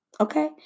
okay